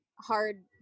hard